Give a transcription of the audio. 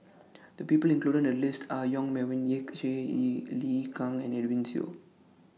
The People included in The list Are Yong Melvin Yik Chye Lee Kang and Edwin Siew